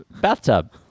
bathtub